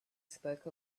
spoke